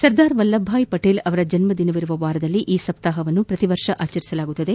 ಸರ್ದಾರ್ ವಲ್ಲಬ್ಗಾಯ್ ಪಟೀಲ್ ಅವರ ಜನ್ನದಿನವಿರುವ ವಾರದಲ್ಲಿ ಈ ಸಪ್ತಾಪವನ್ನ ಪ್ರತಿವರ್ಷ ಆಚರಿಸಲಾಗುತ್ತದೆ